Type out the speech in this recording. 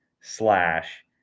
slash